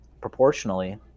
proportionally